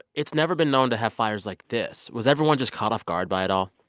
it's never been known to have fires like this was everyone just caught off guard by it all?